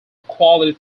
quality